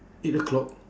eight o'clock